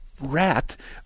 rat